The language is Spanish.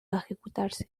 ejecutarse